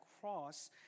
cross